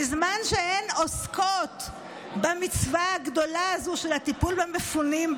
בזמן שהן עוסקות במצווה הגדולה הזו של הטיפול במפונים,